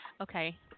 Okay